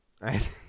right